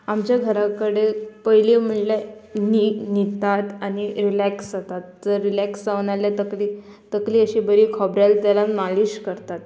आमच्या घरा कडेन पयली म्हणल्यार न्ही न्हिदतात आनी रिलॅक्स जातात जर रिलॅक्स जावना जाल्यार तकली तकली अशी बरी खोबऱ्याल तेलान मालीश करतात